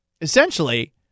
essentially